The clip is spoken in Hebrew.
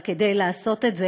אבל כדי לעשות את זה,